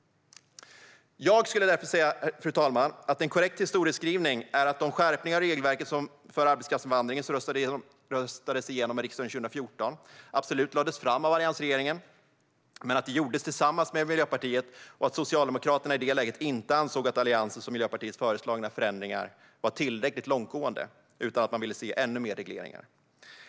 Jag skulle därför säga att en korrekt historieskrivning är att de skärpningar av regelverket för arbetskraftsinvandringen som röstades igenom av riksdagen 2014 absolut lades fram av alliansregeringen, men att det gjordes tillsammans med Miljöpartiet och att Socialdemokraterna i det läget inte ansåg att Alliansens och Miljöpartiets föreslagna förändringar var tillräckligt långtgående utan ville ha ännu mer regleringar.